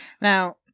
Now